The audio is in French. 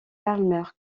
palmer